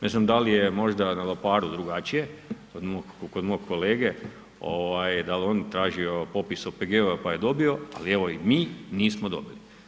Ne znam da li je možda na Loparu drugačije kod mog kolege, da li je on tražio popis OPG-ova pa je dobio, ali evo mi nismo dobili.